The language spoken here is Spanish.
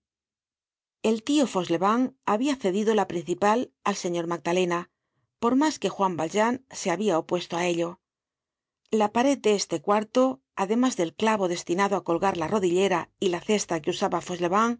el tio fauchelevent habia cedido la principal al señor magdalena por mas que juan valjean se habia opuesto á ello la pared de este cuarto además del clavo destinado á colgar la rodillera y la cesta que usaba